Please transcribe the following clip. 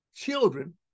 Children